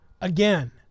Again